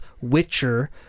Witcher